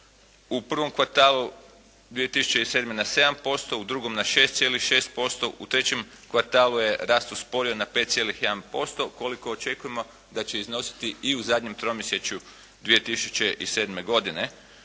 u prvom kvartalu 2007. na 7%, u drugom na 6,6%, u trećem kvartalu je rast usporio na 5,1% koliko očekujemo da će iznositi i u zadnjem tromjesečju 2007. godine